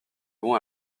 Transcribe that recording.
bon